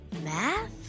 math